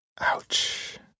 ouch